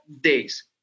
days